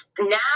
now